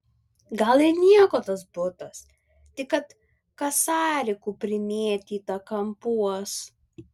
gal ir nieko tas butas tik kad kasarikų primėtyta kampuos